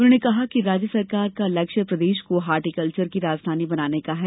उन्होंने कहा कि राज्य सरकार का लक्ष्य है प्रदेश को हार्टीकल्चर की राजधानी बनाने का है